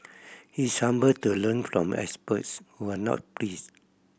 he is humble to learn from experts who are not